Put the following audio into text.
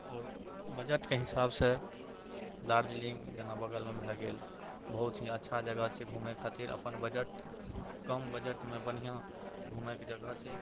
आओर बजटके हिसाबसँ दार्जलिङ्ग जेना बगलमे भए गेल बहुत ही अच्छा जगह छै घुमै खातिर अपन बजट कम बजटमे बढ़िआँ घुमैके जगह छै